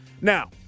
Now